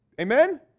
Amen